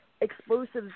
explosives